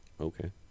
Okay